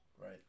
Right